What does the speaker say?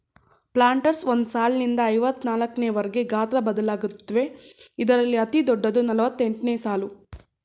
planters ಒಂದ್ ಸಾಲ್ನಿಂದ ಐವತ್ನಾಕ್ವರ್ಗೆ ಗಾತ್ರ ಬದಲಾಗತ್ವೆ ಇದ್ರಲ್ಲಿ ಅತಿದೊಡ್ಡದು ನಲವತ್ತೆಂಟ್ಸಾಲು